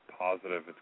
positive